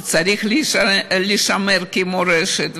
זה צריך להישמר כמורשת,